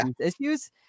issues